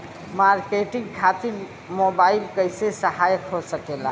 Marketing खातिर mobile कइसे सहायक हो सकेला?